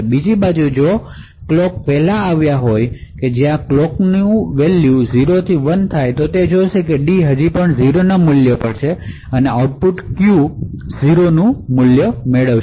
બીજી બાજુ જો ક્લોક પહેલા આવ્યા હોય કે જ્યારે ક્લોક 0 થી 1 માટે તે જોશે કે D હજી પણ 0 ના મૂલ્ય પર છે અને આઉટપુટ ક્યૂ 0 નું મૂલ્ય મેળવશે